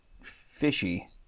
fishy